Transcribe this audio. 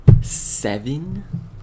Seven